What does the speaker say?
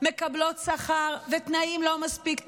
מקבלות שכר ותנאים לא מספיק טובים,